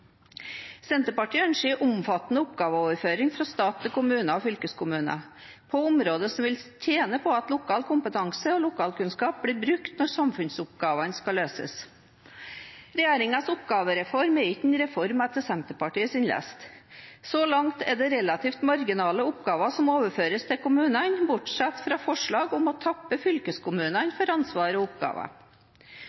Senterpartiet ønsker en omfattende oppgaveoverføring fra stat til kommuner og fylkeskommuner på områder som vil tjene på at lokal kompetanse og lokalkunnskap blir brukt når samfunnsoppgavene skal løses. Regjeringens oppgavereform er ikke en reform etter Senterpartiets lest. Så langt er det relativt marginale oppgaver som overføres til kommunene, bortsett fra forslag om å tappe fylkeskommunene